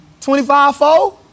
twenty-five-four